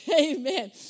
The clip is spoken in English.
amen